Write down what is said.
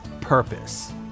purpose